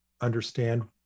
understand